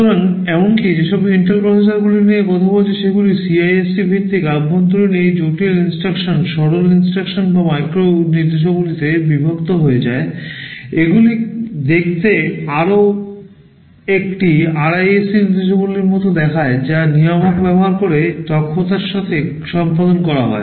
সুতরাং এমনকি আমি যেসব ইন্টেল প্রসেসরগুলি নিয়ে কথা বলছি সেগুলি CISC ভিত্তিক অভ্যন্তরীণভাবে এই জটিল instruction সরল instruction বা মাইক্রো নির্দেশাবলীতে বিভক্ত হয়ে যায় এগুলি দেখতে আরও একটি RISC নির্দেশাবলীর মতো দেখা যায় যা নিয়ামক ব্যবহার করে দক্ষতার সাথে সম্পাদন করা হয়